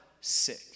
sick